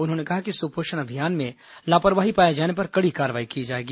उन्होंने कहा कि सुपोषण अभियान में लापरवाही पाए जाने पर कडी कार्रवाई की जाएगी